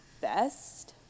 best